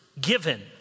given